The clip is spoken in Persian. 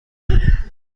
کنم